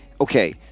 okay